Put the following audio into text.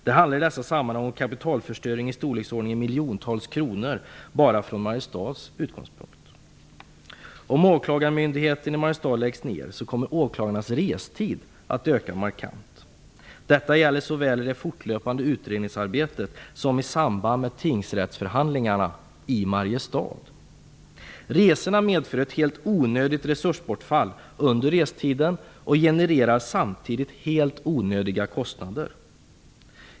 Det handlar om en kapitalförstöring i storleksordningen miljontals kronor bara när det gäller Om Åklagarmyndigheten i Mariestad läggs ned, kommer åklagarnas restid att öka markant. Detta gäller såväl för det fortlöpande utredningsarbetet som i samband med tingsrättsförhandlingarna i Mariestad. Resorna medför ett helt onödigt resursbortfall under restiden och genererar samtidigt helt onödiga kostnader.